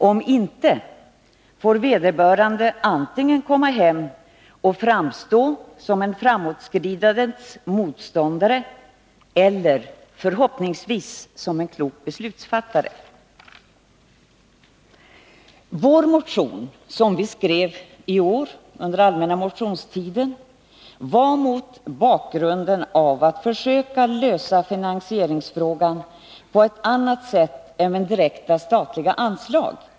Om inte får vederbörande vid hemkomsten antingen framstå som en framåtskridandets motståndare eller, förhoppningsvis, som en klok beslutsfattare. Vår motion, som vi skrev under den allmänna motionstiden i år, hade som bakgrund att vi ville försöka lösa finansieringsfrågan på ett annat sätt än med direkta statliga anslag.